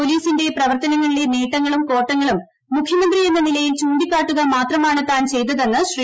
പോലീസിന്റെ പ്രവർത്തനങ്ങളിലെ നേട്ടങ്ങളും കോട്ടങ്ങളും മുഖ്യമന്ത്രിയെന്ന നിലയിൽ ചൂണ്ടിക്കാട്ടുക മാത്രമാണ് ചെയ്തതെന്ന് ശ്രീ